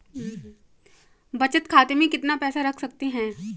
बचत खाते में कितना पैसा रख सकते हैं?